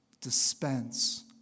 dispense